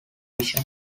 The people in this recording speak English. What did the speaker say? vision